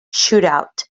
shootout